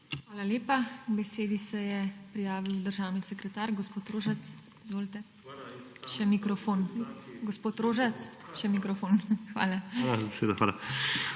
Hvala lepa. K besedi se je prijavil državni sekretar gospod Rožec. Izvolite. Še mikrofon. Gospod Rožec, še mikrofon. Hvala.